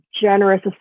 generous